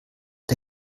der